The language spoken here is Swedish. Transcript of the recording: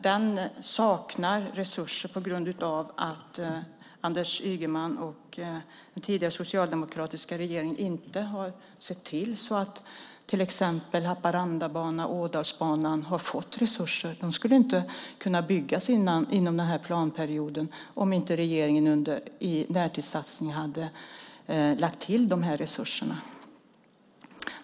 Den saknar resurser på grund av att Anders Ygeman och den tidigare socialdemokratiska regeringen inte har sett till att till exempel Haparandabanan och Ådalsbanan har fått resurser. De skulle inte ha kunnat byggas inom den här planperioden om inte regeringen i närtidssatsningen hade lagt till de här resurserna.